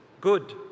Good